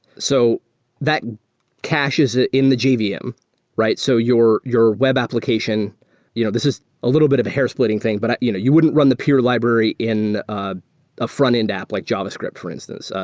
so that caches ah in the jvm. um so your your web application you know this is a little bit of a hairsplitting thing, but you know you wouldn't run the peer library in ah a frontend app like javascript, for instance.